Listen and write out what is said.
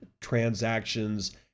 transactions